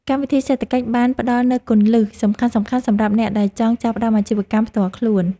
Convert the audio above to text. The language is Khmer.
កម្មវិធីសេដ្ឋកិច្ចបានផ្តល់នូវគន្លឹះសំខាន់ៗសម្រាប់អ្នកដែលចង់ចាប់ផ្តើមអាជីវកម្មផ្ទាល់ខ្លួន។